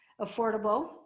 affordable